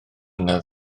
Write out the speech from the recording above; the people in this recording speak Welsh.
yna